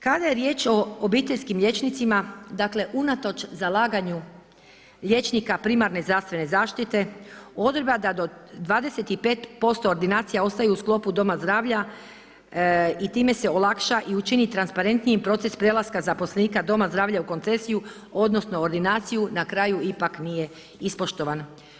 Kada je riječ o obiteljskim liječnicima, dakle unatoč liječnika primarne zdravstvene zaštite, odredba da do 25% ordinacija ostaje u sklopu doma zdravlja i time se olakša i učini transparentnijim proces prelaska zaposlenika doma zdravlja u koncesiju odnosno ordinaciju, na kraju ipak nije ispoštovan.